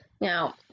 Now